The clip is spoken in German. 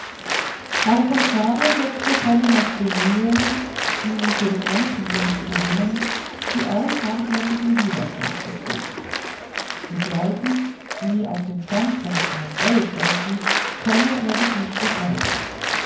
herr von schnabel setzte pellingers bemühungen ihn für den menschenbund zu gewinnen zuerst hartnäckigen widerstand entgegen mit leuten die auf dem standpunkt eines ell ständen könne er sich nicht befreunden